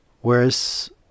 whereas